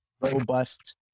robust